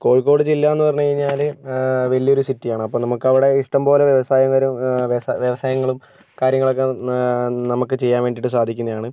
കോഴിക്കോട് ജില്ലാന്ന് പറഞ്ഞ് കഴിഞ്ഞാല് വലിയൊരു സിറ്റിയാണ് അപ്പം നമുക്കവിടെ ഇഷ്ട്ടം പോലെ വ്യവസായതരം വ്യവ വ്യവസായങ്ങളും കാര്യങ്ങളൊക്കെ നമുക്ക് ചെയ്യാൻ വേണ്ടിയിട്ട് സാധിക്കുന്നതാണ്